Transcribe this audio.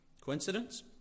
Coincidence